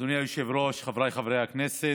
אדוני היושב-ראש, חבריי חברי הכנסת,